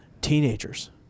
teenagers